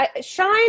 Shine